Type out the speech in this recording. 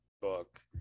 book